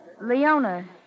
Leona